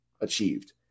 achieved